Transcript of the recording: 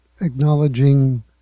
acknowledging